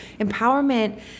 empowerment